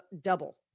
double